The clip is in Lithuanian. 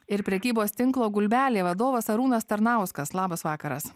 ir prekybos tinklo gulbelė vadovas arūnas tarnauskas labas vakaras